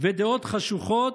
ו"דעות חשוכות"